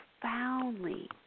profoundly